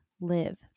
live